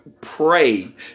pray